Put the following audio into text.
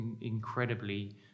incredibly